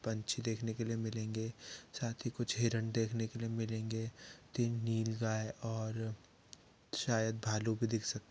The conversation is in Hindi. पंछी देखने के लिए मिलेंगे साथ ही कुछ हिरण देखने के लिए मिलेंगे तीन नील गाय और शायद भालू भी दिख सकता है